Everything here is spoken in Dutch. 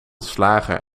slager